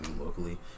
locally